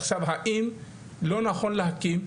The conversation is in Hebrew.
עכשיו האם לא נכון להקים,